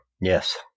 Yes